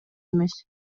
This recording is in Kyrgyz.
эмес